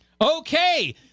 Okay